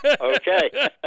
Okay